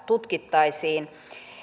tutkittaisiin